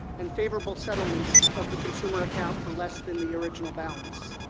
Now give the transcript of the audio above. and favorable settlement of the consumer account for less than the original balance.